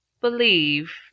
believe